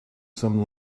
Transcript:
some